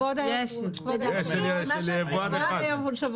יש של יבואן אחד.